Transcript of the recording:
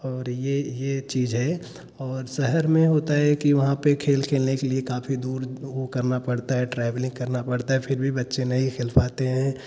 और यह चीज़ है और शहर में होता है की वहाँ पर खेल खेलने के लिए काफी दूर वह करना पड़ता है ट्रेवलिंग करना पड़ता है फ़िर भी बच्चे नहीं खेल पाते हैं